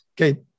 okay